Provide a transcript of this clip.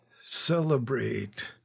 Celebrate